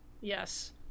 Yes